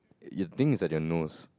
your thing is at your nose